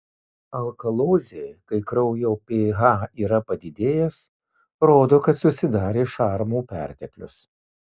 alkalozė kai kraujo ph yra padidėjęs rodo kad susidarė šarmų perteklius